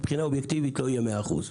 מבחינה אובייקטיבית לא יהיו 100 אחוזים.